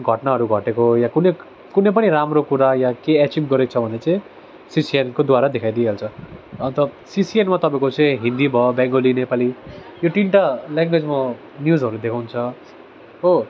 घटनाहरू घटेको या कुनै कुनै पनि राम्रो कुरा या केही एचिभ गरेको छ भने चाहिँ सिसिएनकोद्वारा देखाइ दिइहाल्छ अन्त सिसिएनमा तपाईँको चाहिँ हिन्दी भयो बेङ्गोली नेपाली यो तिनवटा लेङ्गवेजमा न्युजहरू देखाउँछ हो